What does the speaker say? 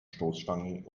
stoßstangen